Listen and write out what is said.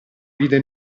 vide